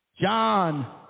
John